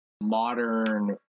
modern